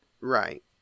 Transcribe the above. Right